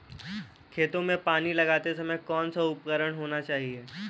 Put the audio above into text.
खेतों में पानी लगाते समय कौन सा उपकरण होना चाहिए?